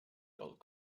gold